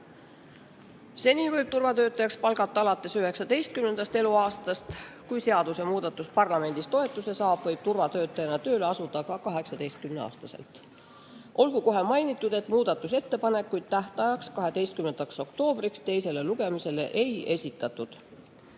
Seni võib turvatöötajaks palgata alates 19. eluaastast. Kui seadusemuudatus parlamendis toetuse saab, võib turvatöötajana tööle asuda ka 18-aastaselt. Olgu mainitud, et muudatusettepanekuid tähtajaks, 12. oktoobriks teisele lugemisele ei esitatud. Arutelu